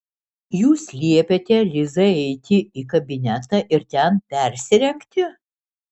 jūs liepėte lizai eiti į kabinetą ir ten persirengti